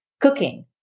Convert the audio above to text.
cooking